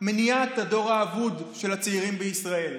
מניעת הדור האבוד של הצעירים בישראל.